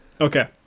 Okay